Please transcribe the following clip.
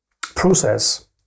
process